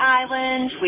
island